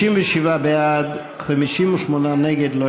57 בעד, 58 נגד.